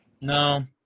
No